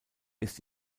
ist